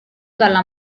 dalla